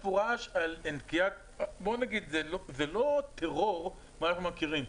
זה לא טרור כמו שאנחנו מכירים,